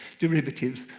derivatives,